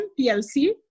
PLC